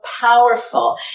powerful